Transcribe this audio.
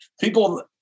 people